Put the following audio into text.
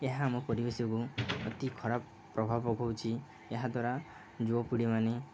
ଏହା ଆମ ପରିବେଶକୁ ଅତି ଖରାପ ପ୍ରଭାବ ପକଉଛି ଏହାଦ୍ୱାରା ଯୁବପିଢ଼ିମାନେ